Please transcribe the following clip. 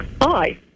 Hi